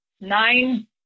nine